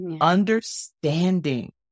Understanding